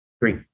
Three